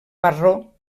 marró